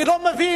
אני לא מבין,